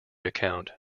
account